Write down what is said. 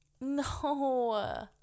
No